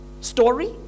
story